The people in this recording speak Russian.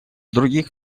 других